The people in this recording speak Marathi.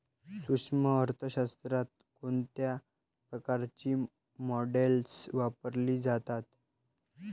सूक्ष्म अर्थशास्त्रात कोणत्या प्रकारची मॉडेल्स वापरली जातात?